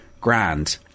grand